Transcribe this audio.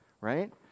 right